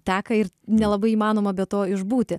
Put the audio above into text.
teka ir nelabai įmanoma be to išbūti